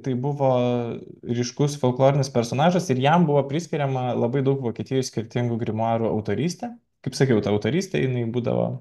tai buvo ryškus folklorinis personažas ir jam buvo priskiriama labai daug vokietijoje skirtingų grimuarų autorystė kaip sakiau ta autorystė jinai būdavo